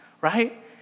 right